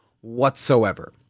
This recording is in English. whatsoever